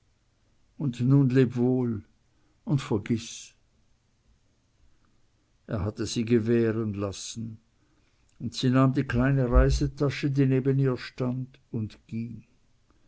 und nun leb wohl und vergiß er hatte sie gewähren lassen und sie nahm die kleine reisetasche die neben ihr stand und ging